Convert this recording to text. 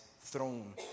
throne